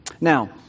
Now